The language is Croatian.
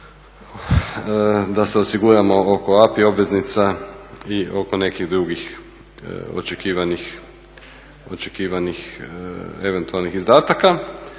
da se osiguramo oko API obveznica i oko nekih drugih očekivanih eventualnih izdataka.